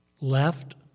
left